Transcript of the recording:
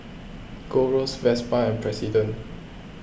Gold Roast Vespa and President